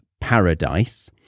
paradise